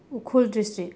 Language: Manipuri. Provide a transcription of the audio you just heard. ꯎꯈ꯭ꯔꯨꯜ ꯗꯤꯁꯇ꯭ꯔꯤꯛ